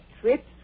trips